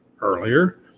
earlier